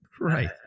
right